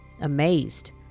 amazed